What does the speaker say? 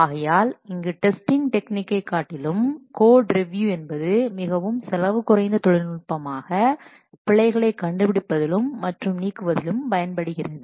ஆகையால் இங்கு டெஸ்டிங் டெக்னிக்கை காட்டிலும் கோட்ரிவியூ என்பது மிகவும் செலவு குறைந்த தொழில்நுட்பமாக பிழைகளை கண்டுபிடிப்பதிலும் மற்றும் நீக்குவதிலும் பயன்படுகிறது